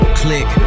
click